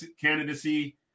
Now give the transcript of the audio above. candidacy